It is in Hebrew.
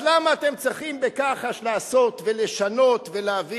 אז למה אתם צריכים בכחש לעשות ולשנות ולהביא